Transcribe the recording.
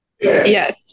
Yes